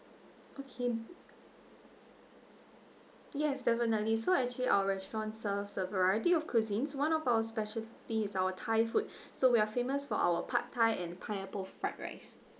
okay yes definitely so actually our restaurant serves a variety of cuisines one of our specialty is our thai food so we are famous for our pad thai and pineapple fried rice